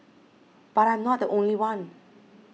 but I'm not the only one